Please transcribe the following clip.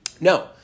No